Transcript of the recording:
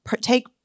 take